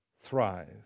thrive